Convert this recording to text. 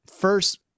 first